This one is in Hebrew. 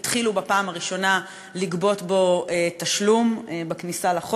התחילו בפעם הראשונה לגבות תשלום בכניסה אליו,